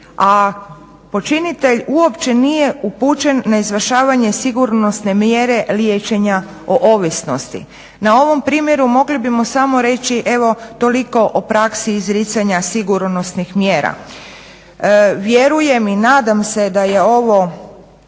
a počinitelj uopće nije upućen na izvršavanje sigurnosne mjere liječenja o ovisnosti. Na ovom primjeru mogli bismo samo reći evo toliko o praksi izricanja sigurnosnih mjera. Vjerujem i nadam se da je ovo